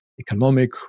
economic